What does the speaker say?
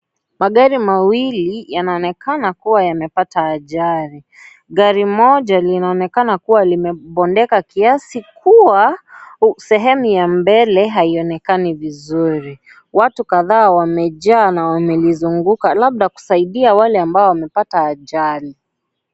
Magari mawili yanaonekana kuwa yamepata ajali, gari moja linaonekana kuwa limebondeka kiasi kuwa sehemu ya mbele haionekani vizuri, watu kadhaa wamejaa na wamelizunguka labda kusaidia wale ambao wamepata ajali.